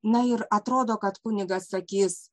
na ir atrodo kad kunigas sakys